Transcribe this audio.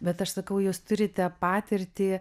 bet aš sakau jūs turite patirtį